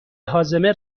هاضمه